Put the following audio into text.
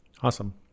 awesome